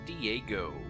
Diego